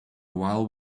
while